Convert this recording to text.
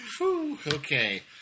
Okay